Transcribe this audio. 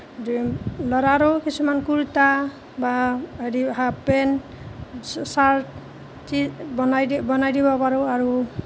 ল'ৰাৰো কিছুমান কুৰ্তা বা হেৰি হাফ পেণ্ট শ্বাৰ্ট যি বনাই দি বনাই দিব পাৰোঁ আৰু